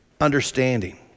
understanding